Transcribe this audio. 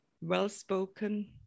well-spoken